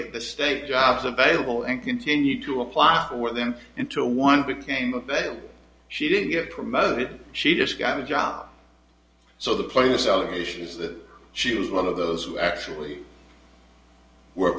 at the state jobs available and continue to apply for them until one became a better she didn't get promoted she just got a job so the place allegations that she was one of those who actually were